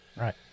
Right